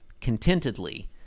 contentedly